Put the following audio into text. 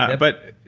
ah but,